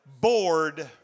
bored